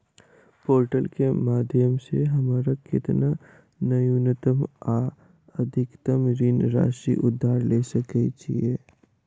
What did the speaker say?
Portal केँ माध्यम सऽ हमरा केतना न्यूनतम आ अधिकतम ऋण राशि उधार ले सकै छीयै?